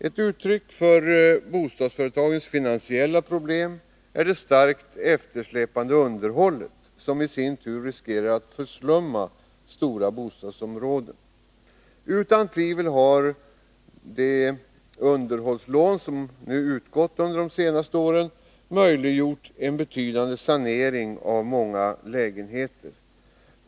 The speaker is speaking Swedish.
Ett uttryck för bostadsföretagens finansiella problem är den starka eftersläpningen av underhållet, vilken i sin tur riskerar att förslumma stora bostadsområden. Utan tvivel har de underhållslån som har utgått under de senaste åren möjliggjort en betydande sanering av många lägenheter.